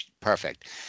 Perfect